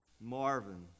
Marvin